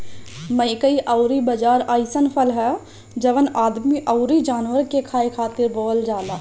मकई अउरी बाजरा अइसन फसल हअ जवन आदमी अउरी जानवर के खाए खातिर बोअल जाला